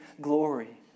glory